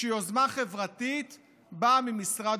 הפוך: קופה מרוקנת ומשרד